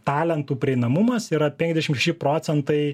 talentų prieinamumas yra penkiasdešim šeši procentai